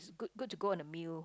good good to go on a meal